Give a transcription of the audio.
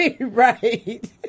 Right